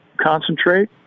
concentrate